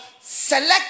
select